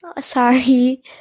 sorry